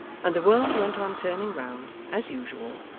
and the world went on turning round, as usual,